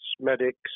medics